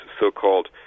so-called